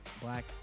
black